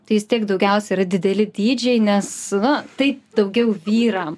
tai vis tiek daugiausia yra dideli dydžiai nes na tai daugiau vyram